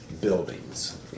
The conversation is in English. buildings